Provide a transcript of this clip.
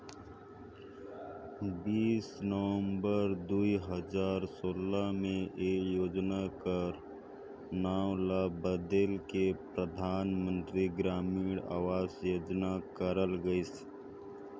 बीस नवंबर दुई हजार सोला में ए योजना कर नांव ल बलेद के परधानमंतरी ग्रामीण अवास योजना करल गइस